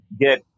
get